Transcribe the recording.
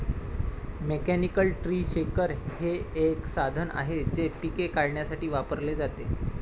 mechanical tree shaker हे एक साधन आहे जे पिके काढण्यासाठी वापरले जाते